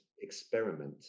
experiment